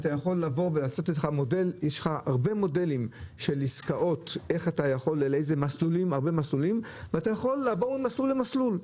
יש הרבה מודלים של עסקאות של כמה מסלולים ואפשר לעבור ממסלול למסלול.